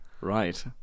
Right